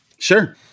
Sure